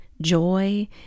joy